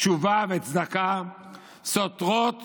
"תשובה וצדקה סותרות